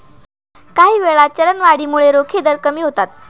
काहीवेळा, चलनवाढीमुळे रोखे दर कमी होतात